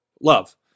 Love